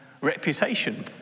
reputation